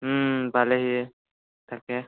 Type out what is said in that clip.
পালেহিয়ে তাকেই